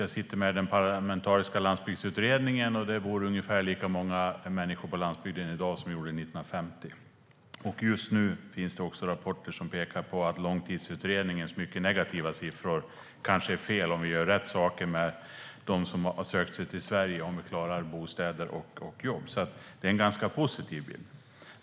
Jag sitter med i Parlamentariska landsbygdskommittén, och det bor ungefär lika många människor på landsbygden i dag som det gjorde 1950. Det finns rapporter som nu pekar på att Långtidsutredningens mycket negativa siffror kanske är felaktiga, om vi gör rätt saker med dem som sökt sig till Sverige och om vi klarar bostäder och jobb. Det är en ganska positiv bild.